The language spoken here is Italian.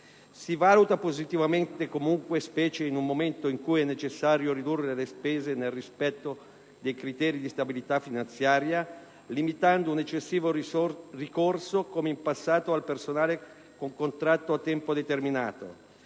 Si valuta positivamente, specialmente in un momento in cui è necessario ridurre le spese nel rispetto dei criteri di stabilità finanziaria, limitando un eccessivo ricorso - come in passato - al personale con contratto a tempo determinato,